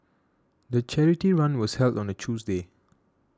the charity run was held on a Tuesday